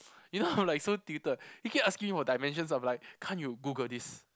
you know I'm like so tilted he kept asking me for dimensions I'm like can't you Google this